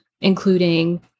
including